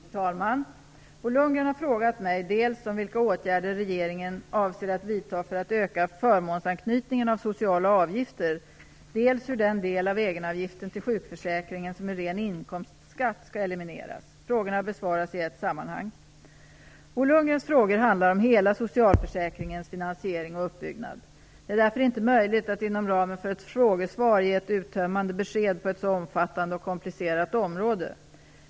Herr talman! Bo Lundgren har frågat mig dels om vilka åtgärder regeringen avser att vidta för att öka förmånsanknytningen av sociala avgifter, dels hur den del av egenavgiften till sjukförsäkringen som är ren inkomstskatt skall elimineras. Frågorna besvaras i ett sammanhang. Bo Lundgrens frågor handlar om hela socialförsäkringens finansiering och uppbyggnad. Det är därför inte möjligt att inom ramen för ett frågesvar ge ett uttömmande besked på ett så omfattande och komplicerat område.